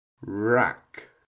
rack